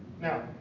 Now